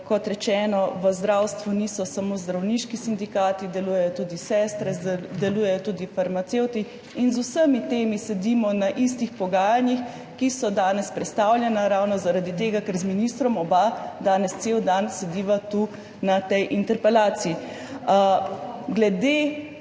Kot rečeno, v zdravstvu niso samo zdravniški sindikati, delujejo tudi sestre, delujejo tudi farmacevti in z vsemi temi sedimo na istih pogajanjih, ki so danes prestavljena ravno zaradi tega, ker z ministrom oba danes cel dan sediva tu na tej interpelaciji. Glede